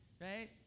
right